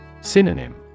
Synonym